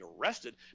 arrested